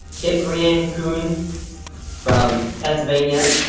kiprian coon from pennsylvania.